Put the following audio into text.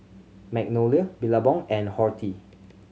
Magnolia Billabong and Horti